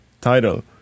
title